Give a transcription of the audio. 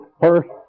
first